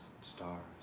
stars